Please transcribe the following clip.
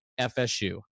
FSU